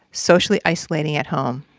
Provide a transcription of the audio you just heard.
socially isolating at home.